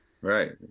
right